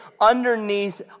underneath